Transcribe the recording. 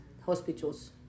hospitals